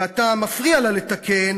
ואתה מפריע לה לתקן,